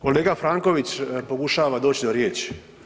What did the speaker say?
Kolega Franković pokušava doći do riječi.